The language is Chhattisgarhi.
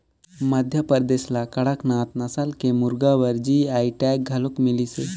मध्यपरदेस ल कड़कनाथ नसल के मुरगा बर जी.आई टैग घलोक मिलिसे